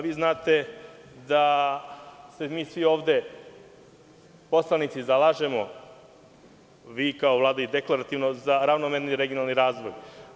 Vi znate da se mi svi poslanici ovde zalažemo, vi kao Vlada, deklarativno za ravnomerni regionalan razvoj.